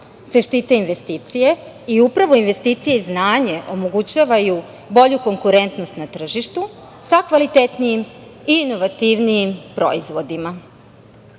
se štite investicije i upravo investicije i znanje omogućavaju bolju konkurentnost na tržištu sa kvalitetnijim i inovativnijim proizvodima. Sada